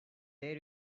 they